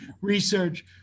research